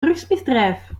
drugsmisdrijf